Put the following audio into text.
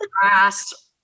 grass